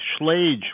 Schlage